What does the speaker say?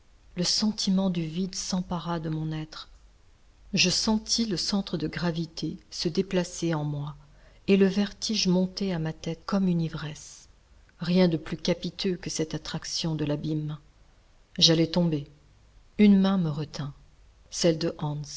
le sentiment du vide s'empara de mon être je sentis le centre de gravité se déplacer en moi et le vertige monter à ma tête comme une ivresse rien de plus capiteux que cette attraction de l'abîme j'allais tomber une main me retint celle de